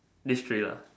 these three lah